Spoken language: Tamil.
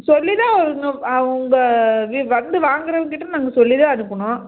சொல்லித்தான் உங்கள் வந்து வாங்குகிறவங்கக் கிட்டே நாங்கள் சொல்லித்தான் அனுப்பினோம்